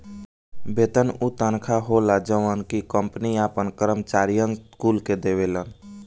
वेतन उ तनखा होला जवन की कंपनी आपन करम्चारिअन कुल के देवेले